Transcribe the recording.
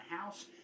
House